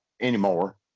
anymore